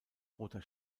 roter